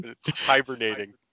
hibernating